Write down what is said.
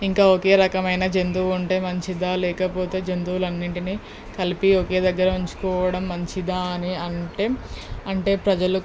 ఇంక ఒకే రకమైన జంతువు ఉంటే మంచిదా లేకపోతే జంతువులన్నింటినీ కలిపి ఒకే దగ్గర ఉంచుకోవడం మంచిదా అని అంటే అంటే ప్రజలుకి